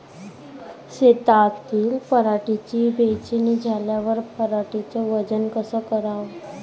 शेतातील पराटीची वेचनी झाल्यावर पराटीचं वजन कस कराव?